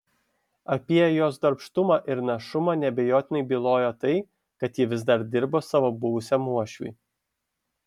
apie jos darbštumą ir našumą neabejotinai bylojo tai kad ji vis dar dirbo savo buvusiam uošviui